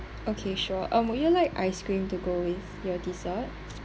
okay sure um would you like ice cream to go with your desert